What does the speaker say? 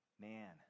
Man